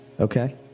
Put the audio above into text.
Okay